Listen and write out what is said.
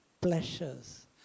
pleasures